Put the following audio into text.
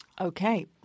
Okay